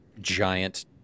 giant